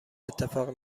اتفاق